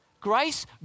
Grace